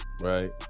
right